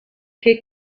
che